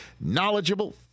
knowledgeable